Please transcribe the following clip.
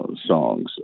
songs